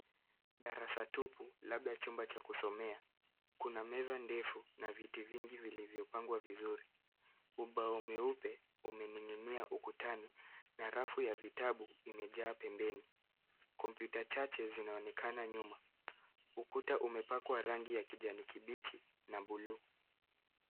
Darasa tupu labda chumba cha kusomea. Kuna meza ndefu na viti vingi vilivyopangwa vizuri. Ubao umeupe umening'inia ukutani na rafu ya vitabu imejaa pembeni. Kompyuta chache zinaonekana nyuma. Ukuta umepakwa rangi ya kijani kibichi na bluu.